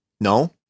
No